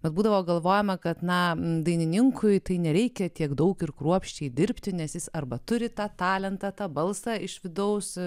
bet būdavo galvojama kad na dainininkui tai nereikia tiek daug ir kruopščiai dirbti nes jis arba turi tą talentą tą balsą iš vidaus